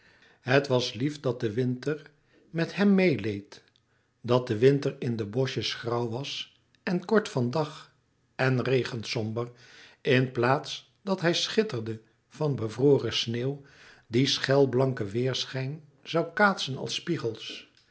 het was lief dat de winter met hem meêleed dat de winter in de boschjes grauw was en kort van dag en regensomber in plaats dat hij schitterde van bevroren sneeuw die schelblanken weêrschijn zoû kaatsen als spiegels